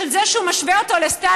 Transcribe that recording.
של זה שהוא משווה אותו לסטלין,